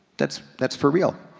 that's that's for real.